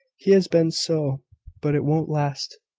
he has been so but it won't last.